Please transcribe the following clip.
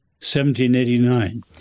1789